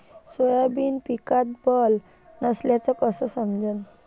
Soybean पिकात वल नसल्याचं कस समजन?